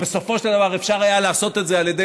שבסופו של דבר אפשר היה לעשות את זה על ידי